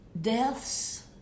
deaths